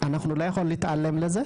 אנחנו לא יכולים להתעלם מזה,